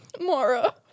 Mara